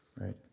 right